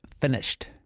finished